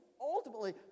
ultimately